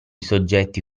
soggetti